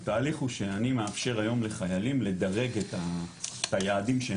התהליך הוא שאני מאפשר היום לחיילים לדרג את היעדים שהם